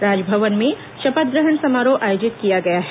राजभवन में शपथ ग्रहण समारोह आयोजित किया गया है